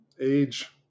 age